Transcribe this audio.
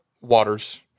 Waters